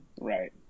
Right